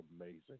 amazing